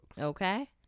Okay